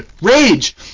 Rage